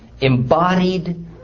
embodied